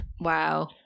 Wow